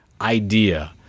idea